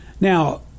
now